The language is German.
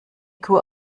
kuh